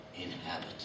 inhabit